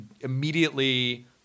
immediately